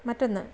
മറ്റൊന്ന്